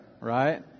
right